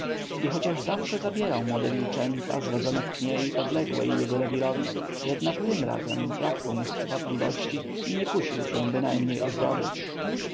i chociaż zawsze zabierał młode wilczęta zrodzone w kniei podległej jego rewirowi jednak tym razem brakło mu skwapliwości i nie kusił się bynajmniej o zdobycz